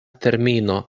termino